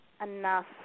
enough